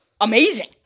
amazing